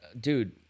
dude